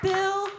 Bill